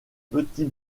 petit